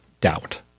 doubt